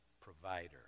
provider